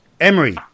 Emery